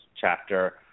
chapter